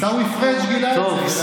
עיסאווי פריג' גילה את זה.